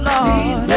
Lord